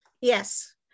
Yes